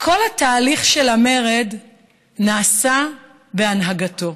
כל התהליך של המרד נעשה בהנהגתו,